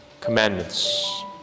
commandments